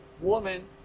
woman